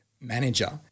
manager